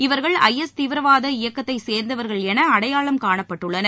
இவர்கள் I S தீவிரவாத இயக்கத்தைச் சேர்ந்தவர்கள் என அடையாளம் காணப்பட்டுள்ளனர்